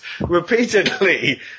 repeatedly